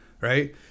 right